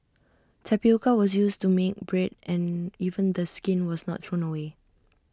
tapioca was used to make bread and even the skin was not thrown away